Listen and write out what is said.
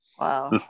wow